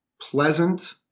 pleasant